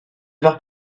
heures